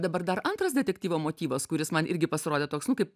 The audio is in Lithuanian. dabar dar antras detektyvo motyvas kuris man irgi pasirodė toks nu kaip